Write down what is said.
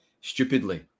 stupidly